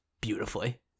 beautifully